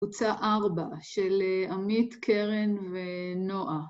הוצאה ארבע של עמית קרן ונועה.